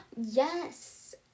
Yes